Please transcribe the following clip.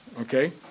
Okay